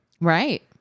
right